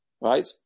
right